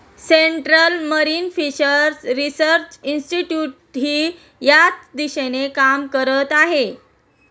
central marine fishers research इन्स्टिट्यूटही याच दिशेने काम करत आहे